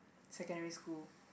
secondary school